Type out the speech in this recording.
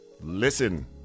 Listen